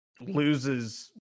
loses